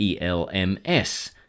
ELMS